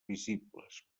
visibles